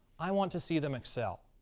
i want to see them excel.